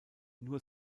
nur